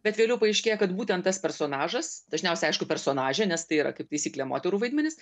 bet vėliau paaiškėja kad būtent tas personažas dažniausiai aišku personažė nes tai yra kaip taisyklė moterų vaidmenys